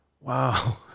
Wow